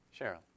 Cheryl